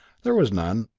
there was none,